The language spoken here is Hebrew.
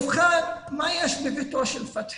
ובכן, מה יש בביתו של פתחי?